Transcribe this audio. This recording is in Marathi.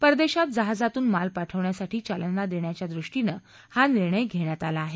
परदेशात जहाजातून माल पाठवण्यासाठी चालना देण्याच्या दृष्टीनं हा निर्णय घेण्यात आला आहे